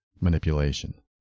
manipulation